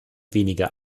weniger